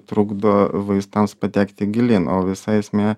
trukdo vaistams patekti gilyn o visa esmė